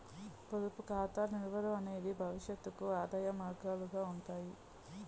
పొదుపు ఖాతా నిల్వలు అనేవి భవిష్యత్తుకు ఆదాయ మార్గాలుగా ఉంటాయి